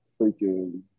freaking